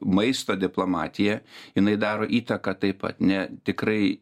maisto diplomatija jinai daro įtaką taip pat ne tikrai